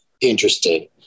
interesting